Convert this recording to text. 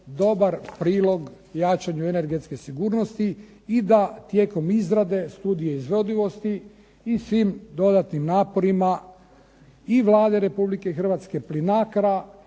dobar prilog jačanju energetske sigurnosti i da tijekom izrade studije izvodivosti i svim dodatnim naporima i Vlade RH, PLINACRA